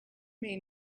may